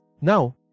Now